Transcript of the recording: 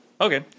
Okay